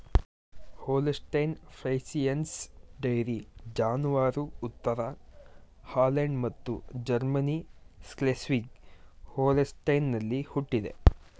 Holstein Friesians dairy ಜಾನುವಾರು ಉತ್ತರ Holland ಮತ್ತು ಜರ್ಮನಿ ಸ್ಕ್ಲೆಸ್ವಿಗ್ ಹೋಲ್ಸ್ಟೈನಲ್ಲಿ ಹುಟ್ಟಿದೆ